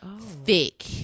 thick